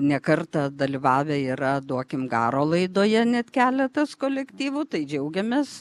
ne kartą dalyvavę yra duokim garo laidoje net keletas kolektyvų tai džiaugiamės